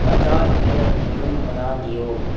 पचास धरि वॉल्यूम बढ़ा दिऔ